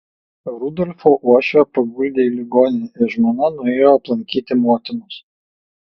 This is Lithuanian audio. rudolfo uošvę paguldė į ligoninę ir žmona nuėjo aplankyti motinos